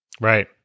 Right